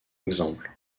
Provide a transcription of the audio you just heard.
exemple